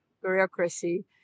bureaucracy